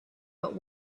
but